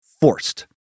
forced